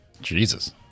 Jesus